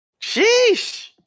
Sheesh